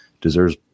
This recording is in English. deserves